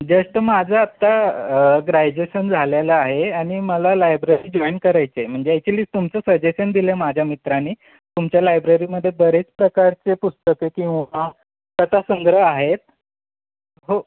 just माझं आत्ता graduation झालेलं आहे आणि मला लायब्ररी जॉईन करायची आहे म्हणजे ॲक्च्युली तुमचं सजेशन दिलं आहे माझ्या मित्राने तुमच्या लायब्ररीमध्ये बरेच प्रकारचे पुस्तके किंवा कथा संग्रह आहेत हो